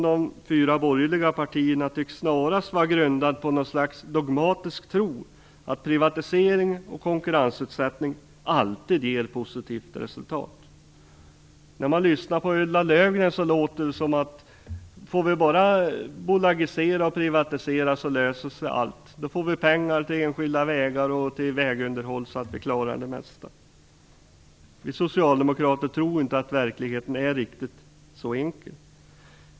De fyra borgerliga partiernas ställningstagande tycks snarast vara grundat på något slags dogmatisk tro att privatisering och konkurrensutsättning alltid ger positivt resultat. Av det Ulla Löfgren säger får man intrycket att allt löser sig bara vi bolagiserar och privatiserar. Då får vi pengar till enskilda vägar och vägunderhåll, och vi klarar därmed det mesta. Vi socialdemokrater tror inte att verkligheten är riktigt så enkel.